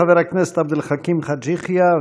חבר הכנסת עבד אל חכים חאג' יחיא,